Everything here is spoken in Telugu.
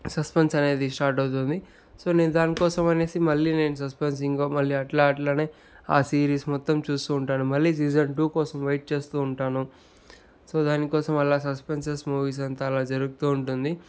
సస్పెన్స్ అనేది స్టార్ట్ అవుతుంది సో నేను దానికోసం అనేసి మళ్లీ నేను సస్పెన్సింగ్గా మళ్ళీ అట్లా అట్లానే ఆ సిరీస్ మొత్తం చూస్తూ ఉంటాను మళ్ళీ సీజన్ టు కోసం వెయిట్ చేస్తూ ఉంటాను సో దానికోసం వాళ్లు ఆ సస్పెన్సేస్ మూవీస్ అంతా అలా జరుగుతూ ఉంటుంది